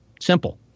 Simple